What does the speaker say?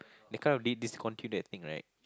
they kind of they discontinued that thing right